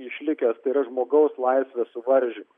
išlikęs tai yra žmogaus laisvių suvaržymas